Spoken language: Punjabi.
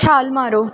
ਛਾਲ ਮਾਰੋ